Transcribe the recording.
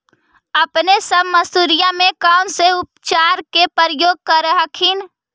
अपने सब मसुरिया मे कौन से उपचार के प्रयोग कर हखिन?